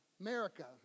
America